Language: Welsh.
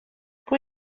pwy